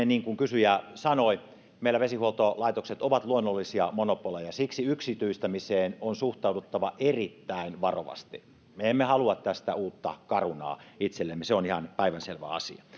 niin kuin kysyjä sanoi meillä vesihuoltolaitokset ovat luonnollisia monopoleja siksi yksityistämiseen on suhtauduttava erittäin varovasti me emme halua tästä uutta carunaa itsellemme se on ihan päivänselvä asia